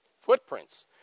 Footprints